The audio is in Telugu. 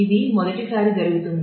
ఇది మొదటిసారి జరుగుతుంది